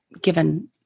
given